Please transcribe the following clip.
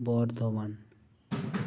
Bardhaman